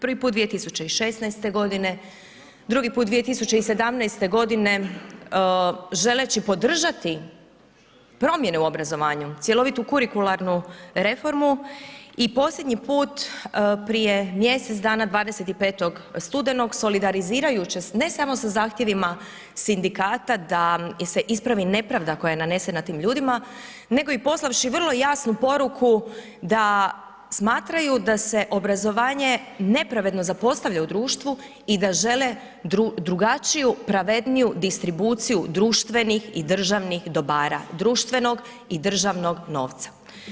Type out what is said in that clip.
Prvi put 2016. g., drugi put 2017. g., želeći podržati promjene u obrazovanju, cjelovitu kurikularnu reformu i posljednji put prije mjesec dana, 25. studenog solidarizirajući se ne samo sa zahtjevima sindikata da se ispravi nepravda koja je nanesena tim ljudima, nego i poslavši vrlo jasnu poruku da smatraju da se obrazovanje nepravedno zapostavlja u društvu i da žele drugačiju, pravedniju distribuciju društvenih i državnih dobara društvenog i državnog novca.